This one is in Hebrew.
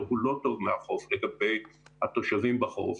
מהחוף הוא לא טוב לגבי התושבים בחוף,